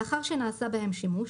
לאחר שנעשה בהם שימוש,